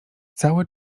cały